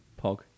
Pog